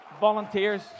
volunteers